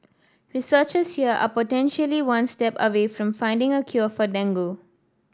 researchers here are potentially one step away from finding a cure for dengue